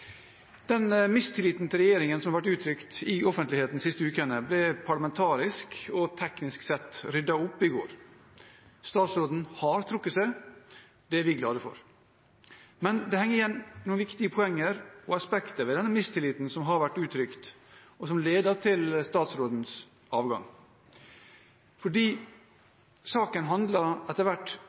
Den mistilliten til regjeringen som har vært uttrykt i offentligheten de siste ukene, ble parlamentarisk og teknisk sett ryddet opp i i går. Statsråden har trukket seg – det er vi glade for. Men det henger igjen noen viktige poenger og aspekter ved den mistilliten som har vært uttrykt, og som ledet til statsrådens avgang. Saken handlet etter hvert